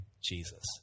Jesus